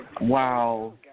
Wow